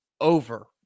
over